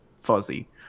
fuzzy